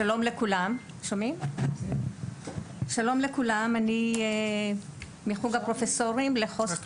שלום לכולם, אני מחוג הפרופסורים לחוסן